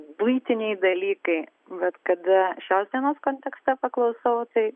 buitiniai dalykai bet kada šios dienos kontekste paklausau tai